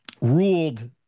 ruled